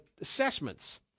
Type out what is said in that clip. assessments